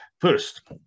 first